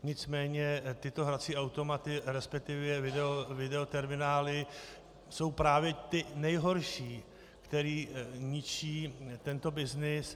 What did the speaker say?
Nicméně tyto hrací automaty, respektive videoterminály jsou právě ty nejhorší, které ničí tento byznys.